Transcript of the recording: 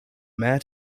mare